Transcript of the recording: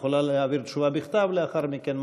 את יכולה להעביר תשובה בכתב לאחר מכן,